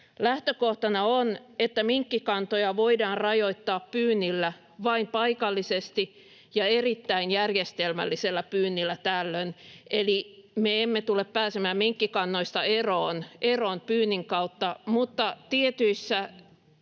Lähtökohtana on, että minkkikantoja voidaan rajoittaa pyynnillä vain paikallisesti ja erittäin järjestelmällisellä pyynnillä tällöin, eli me emme tule pääsemään minkkikannoista eroon pyynnin kautta, [Petri